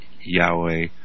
Yahweh